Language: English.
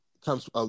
comes